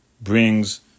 brings